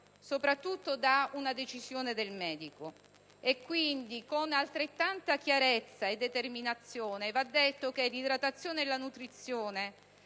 soprattutto da una decisione del medico. Quindi, con altrettanta chiarezza e determinazione, va detto che l'idratazione e la nutrizione